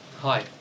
Hi